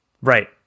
Right